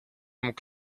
mógł